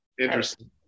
Interesting